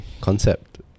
Concept